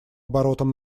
оборотом